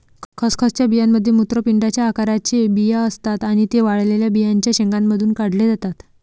खसखसच्या बियांमध्ये मूत्रपिंडाच्या आकाराचे बिया असतात आणि ते वाळलेल्या बियांच्या शेंगांमधून काढले जातात